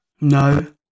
No